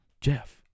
Jeff